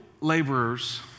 laborers